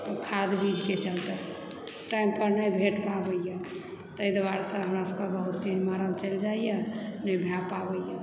खाद बीजके चलते टाइम पर नहि भेंट पाबैए ताहि दुआरेसँ हमरा सभकेँ बहुत चीज मारल चलि जाइए नहि भए पाबैए